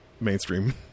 mainstream